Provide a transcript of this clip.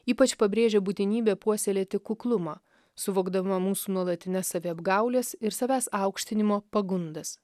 ypač pabrėžė būtinybę puoselėti kuklumą suvokdama mūsų nuolatines saviapgaulės ir savęs aukštinimo pagundas